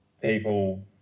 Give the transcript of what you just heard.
people